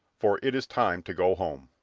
for it is time to go home.